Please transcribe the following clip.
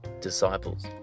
disciples